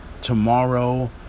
Tomorrow